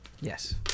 Yes